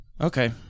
Okay